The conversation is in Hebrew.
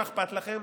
מה אכפת לכם,